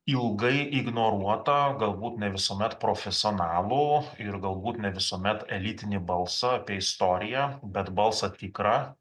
ilgai ignoruotą galbūt ne visuomet profesionalų ir galbūt ne visuomet elitinį balsą apie istoriją bet balsą tikrą